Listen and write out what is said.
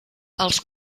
els